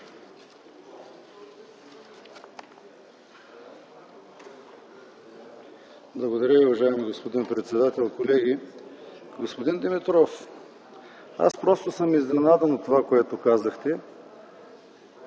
Благодаря Ви, уважаеми господин председател. Колеги! Господин Димитров, аз просто съм изненадан от това, което казахте,